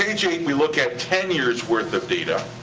page eight, we look at ten years' worth of data.